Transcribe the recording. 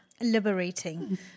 liberating